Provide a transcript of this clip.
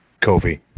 Kofi